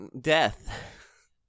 death